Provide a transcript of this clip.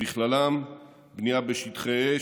ובכללן בנייה בשטחי אש,